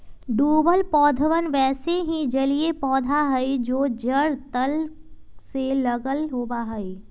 डूबल पौधवन वैसे ही जलिय पौधा हई जो जड़ तल से लगल होवा हई